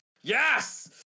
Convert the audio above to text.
Yes